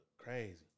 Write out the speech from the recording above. Crazy